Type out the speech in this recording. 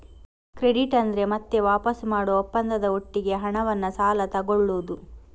credit ಅಂದ್ರೆ ಮತ್ತೆ ವಾಪಸು ಮಾಡುವ ಒಪ್ಪಂದದ ಒಟ್ಟಿಗೆ ಹಣವನ್ನ ಸಾಲ ತಗೊಳ್ಳುದು